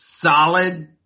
solid